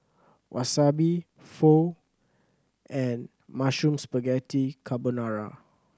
Wasabi Pho and Mushroom Spaghetti Carbonara